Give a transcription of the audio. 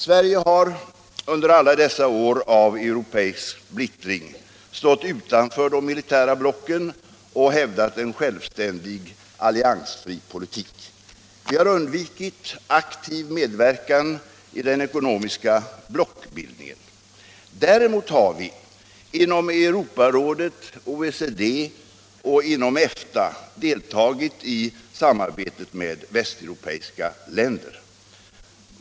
Sverige har under alla dessa år av europeisk splittring stått utanför de militära blocken och hävdat en självständig alliansfri politik. Vi har undvikit aktiv medverkan i den ekonomiska blockbildningen. Däremot har vi inom Europarådet, OECD och EFTA deltagit i samarbetet med västeuropeiska länder.